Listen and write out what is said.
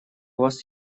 вас